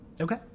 Okay